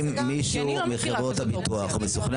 אם מישהו מחברות הביטוח או מסוכני